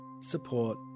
support